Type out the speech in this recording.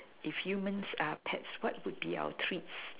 if humans are pets what would be our treats